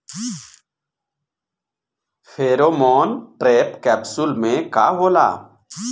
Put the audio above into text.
Pheromone trap capsule में का होला?